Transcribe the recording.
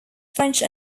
french